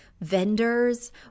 vendors